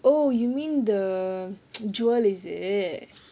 oh you mean the jewel is it